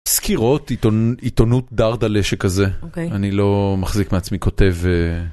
סקירות, עיתונות דרדלה שכזה, אוקיי, אני לא מחזיק מעצמי, כותב...